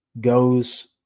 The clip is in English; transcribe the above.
goes